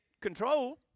control